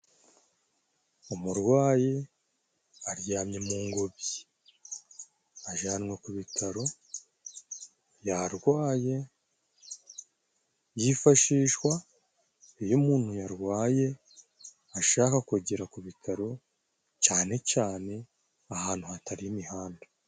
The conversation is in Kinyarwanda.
Umurwayi aryamye mu ngobyi ajanwa ku bitaro, yarwaye. Yifashishwa iyo umuntu yarwaye ashaka kugera ku bitaro cane cane ahantu hatari imihanda.